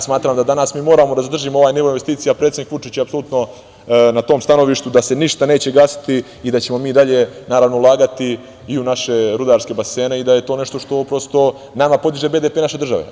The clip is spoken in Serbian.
Smatram da danas moramo da zadržimo ovaj nivo investicija, predsednik Vučić je apsolutno na tom stanovištu da se ništa neće gasiti i da ćemo mi i dalje ulagati i u naše rudarske basene i da je to nešto što podiže BDP naše države.